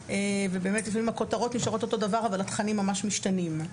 ובאמת לפעמים הכותרות נשארות אותו דבר אבל התכנים ממש משתנים.